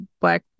black